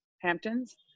Hamptons